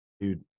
dude